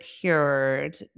cured